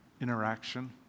interaction